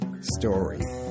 story